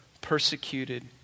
persecuted